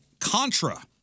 Contra